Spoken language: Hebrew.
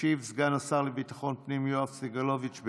ישיב סגן השר לביטחון פנים יואב סגלוביץ'.